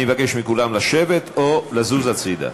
אני מבקש מכולם לשבת או לזוז הצדה.